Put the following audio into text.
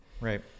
Right